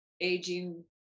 aging